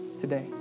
Today